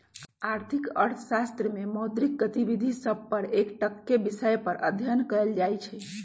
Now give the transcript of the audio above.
आर्थिक अर्थशास्त्र में मौद्रिक गतिविधि सभ पर एकटक्केँ विषय पर अध्ययन कएल जाइ छइ